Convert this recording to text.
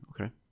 Okay